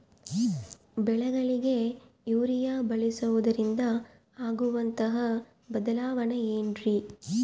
ಬೆಳೆಗಳಿಗೆ ಯೂರಿಯಾ ಬಳಸುವುದರಿಂದ ಆಗುವಂತಹ ಬದಲಾವಣೆ ಏನ್ರಿ?